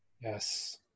yes